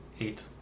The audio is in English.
Eight